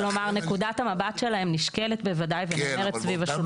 כלומר נקודת המבט שלהם נשקלת בוודאי ונאמרת סביב השולחן.